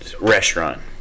restaurant